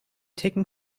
taken